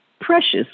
Precious